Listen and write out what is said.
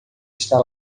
está